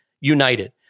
United